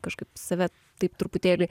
kažkaip save taip truputėlį